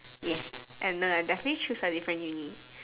yes and no I definitely choose a different uni